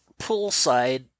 poolside